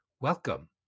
Welcome